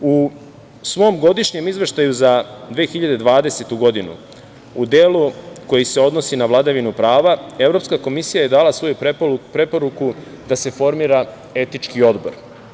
U svom godišnjem izveštaju za 2020. godinu, u delu koji se odnosi na vladavinu prava, Evropska komisija je dala svoju preporuku da se formira etički odbor.